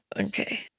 Okay